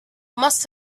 must